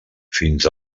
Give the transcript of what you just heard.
fins